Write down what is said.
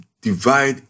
divide